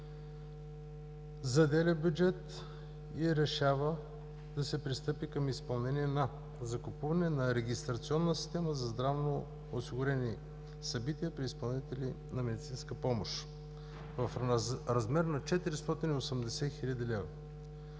заделя бюджет и решава да се пристъпи към изпълнение на закупуване на регистрационна система за здравно осигурени събития при изпълнители на медицинска помощ, в размер на 480 хил. лв.